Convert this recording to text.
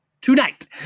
tonight